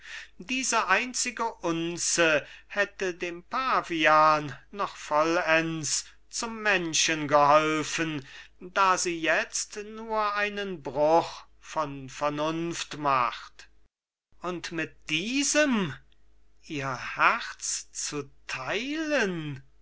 diese einzige unze hätte dem pavian noch vollends zum menschen geholfen da sie jetzt nur einen bruch von vernunft macht und mit diesem ihr herz zu theilen